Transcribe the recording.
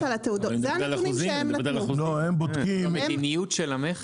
זו המדיניות של המכס.